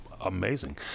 amazing